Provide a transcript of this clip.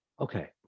Okay